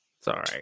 Sorry